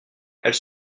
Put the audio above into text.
elle